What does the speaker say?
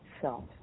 self